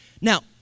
Now